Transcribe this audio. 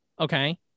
okay